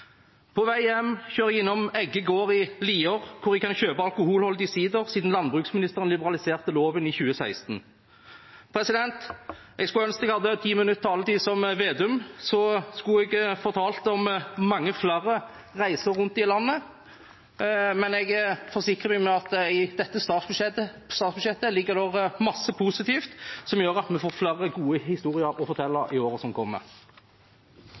På vei hjem kjører jeg innom Egge gård i Lier, hvor jeg kan kjøpe alkoholholdig sider, siden landbruksministeren liberaliserte loven i 2016. Jeg skulle ønske jeg hadde ti minutters taletid, som representanten Slagsvold Vedum hadde, så skulle jeg fortalt om mange flere reiser rundt i landet, men jeg er sikker på at det i dette statsbudsjettet ligger masse positivt som gjør at vi får flere gode historier å fortelle i årene som kommer.